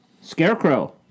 Scarecrow